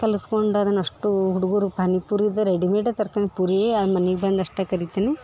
ಕಲ್ಸ್ಕೊಂಡು ಅದನ್ನ ಅಷ್ಟು ಹುಡುಗರು ಪಾನಿಪೂರಿದ ರೆಡಿಮೇಡ್ ತರ್ಕಂದ್ ಪೂರಿ ಮನೆಗೆ ಬಂದ ಅಷ್ಟ ಕರಿತೀನಿ